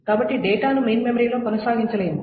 కాబట్టి డేటాను మెయిన్ మెమరీలో కొనసాగించలేము